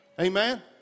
Amen